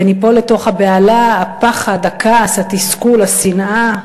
וניפול לתוך הבהלה, הפחד, הכעס, התסכול, השנאה,